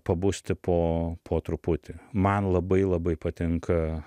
pabusti po po truputį man labai labai patinka